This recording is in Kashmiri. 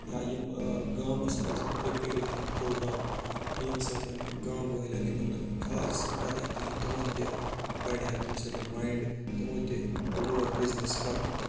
یا یِم گامس منٛز تہِ کٔرِکھ یِم پرٛوگرام یَمہِ سۭتۍ گامہٕ وٲلۍ ین یِمن نہٕ خاص آسان پتہ کیٚنٛہہ تِمن تہِ بَڑیو تَمہِ سۭتۍ مایِنٛڈ تِمو تہِ لوگ بِزنِس کَرُن